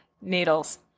Needles